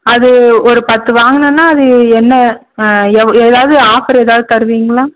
அது ஒரு பத்து வாங்கினேன்னா அது என்ன எவ் எதாவது ஆஃபர் ஏதாவது தருவீங்களா